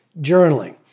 journaling